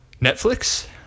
Netflix